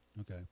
okay